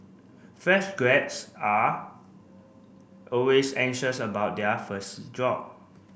fresh grads are always anxious about their first job